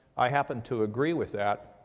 i happen to agree with that.